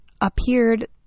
appeared